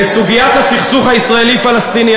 בסוגיית הסכסוך הישראלי-פלסטיני,